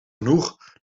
genoeg